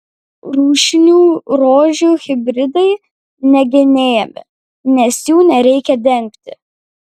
rūšinių rožių hibridai negenėjami nes jų nereikia dengti